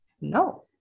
No